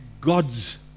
God's